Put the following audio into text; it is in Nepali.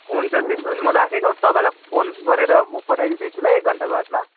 हुन्छ त्यसो भने म राखेको तपाईँलाई फोन गरेर म पठाइदिँदैछु ल एक घन्टा बादमा